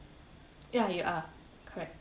ya you are correct